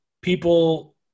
people